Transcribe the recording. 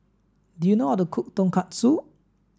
do you know how to cook Tonkatsu